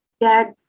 dad